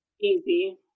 easy